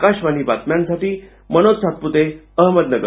आकाशवाणी बातम्यांसाठी मनोज सातपूते अहमदनगर